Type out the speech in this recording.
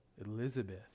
Elizabeth